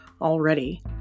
already